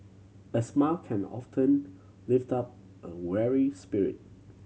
a smile can often lift up a weary spirit